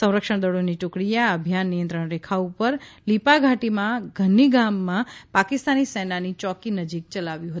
સંરક્ષણ દળોની ટુકડીએ આ અભિયાન નિયંત્રણ રેખા ઉપર લીપા ઘાટીમાં ઘન્ની ગામમાં પાકિસ્તાની સેનાની ચોકી નજીક ચલાવ્યું હતું